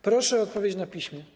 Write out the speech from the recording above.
Proszę o odpowiedź na piśmie.